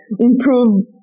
improve